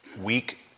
weak